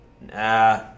nah